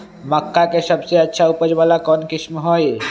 मक्का के सबसे अच्छा उपज वाला कौन किस्म होई?